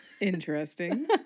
Interesting